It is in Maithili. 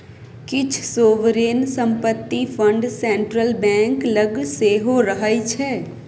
किछ सोवरेन संपत्ति फंड सेंट्रल बैंक लग सेहो रहय छै